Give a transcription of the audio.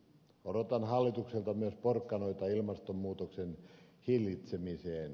odotan hallitukselta myös porkkanoita ilmastonmuutoksen hillitsemiseen